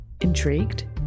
Intrigued